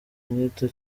nyito